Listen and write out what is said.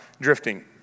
drifting